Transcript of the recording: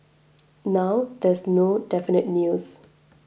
now there is no definite news